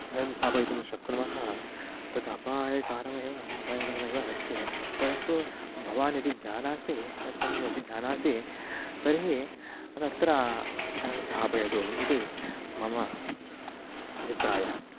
धनं स्थापयितुं शक्नुमः तद् अपायकरमेव अपायकरमेव अस्ति परन्तु भवान् यदि जानाति त्वं यदि जानसि तर्हि तत्र धनं स्थापयतु इति मम अभिप्रायः